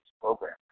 program